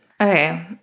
Okay